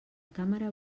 càmera